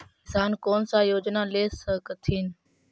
किसान कोन सा योजना ले स कथीन?